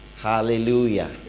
Hallelujah